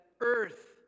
earth